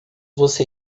você